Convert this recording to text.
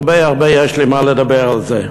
הרבה יש לי מה לדבר על זה.